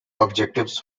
objectives